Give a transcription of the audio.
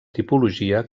tipologia